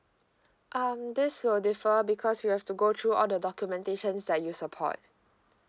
um this will differ because we have to go through all the documentations that you support